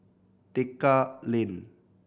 Tekka Lane